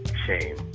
shame.